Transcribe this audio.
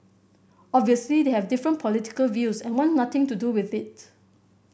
obviously they have different political views and want nothing to do with it